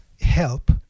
help